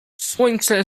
słońce